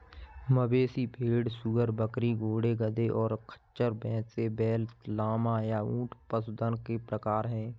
मवेशी, भेड़, सूअर, बकरी, घोड़े, गधे, और खच्चर, भैंस, बैल, लामा, या ऊंट पशुधन के प्रकार हैं